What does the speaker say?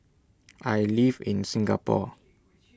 I live in Singapore